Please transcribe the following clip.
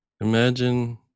Imagine